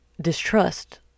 distrust